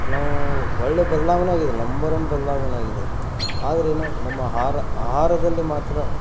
ನಾವು ಒಳ್ಳೆಯ ಬದಲಾವಣೆಯಾಗಿದೆ ನಂಬರ್ ಒನ್ ಬದಲಾವಣೆಯಾಗಿದೆ ಆದರೇನು ನಮ್ಮ ಆಹಾರ ಆಹಾರದಲ್ಲಿ ಮಾತ್ರ